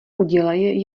udělej